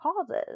causes